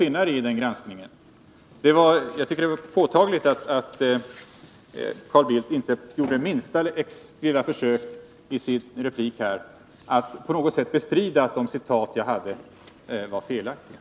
Den granskningen får ni finna er i. Det var påtagligt att Carl Bildt i sin replik inte gjorde det minsta lilla försök att bestrida att de citat jag hade var riktiga.